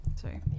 Sorry